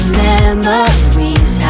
memories